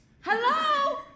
Hello